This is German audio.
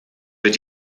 wird